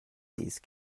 these